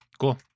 Cool